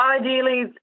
Ideally